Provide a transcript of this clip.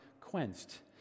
quenched